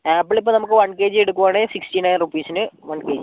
apple ഇപ്പോൾ നമുക്ക് one K G എടുക്കുവാണെങ്കിൽ സിക്സ്റ്റി നയൻ റുപ്പീസിന് വൺ കെ ജി